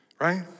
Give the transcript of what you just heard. right